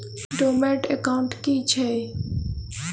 Dormant account की छैक?